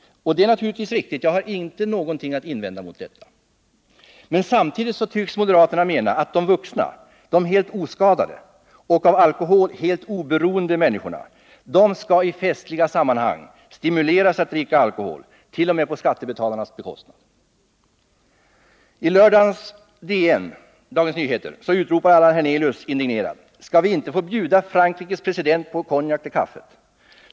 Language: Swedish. Det är naturligtvis riktigt — jag har inte någonting att invända mot detta. Men samtidigt tycks moderaterna mena att de vuxna, de helt oskadade och av alkohol helt oberoende människorna, skall i festliga sammanhang stimuleras att dricka alkohol t.o.m. på skattebetalarnas bekostnad. I Dagens Nyheter utropar Allan Hernelius indignerat: Skall vi inte få bjuda Frankrikes president på en konjak till kaffet?